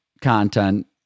content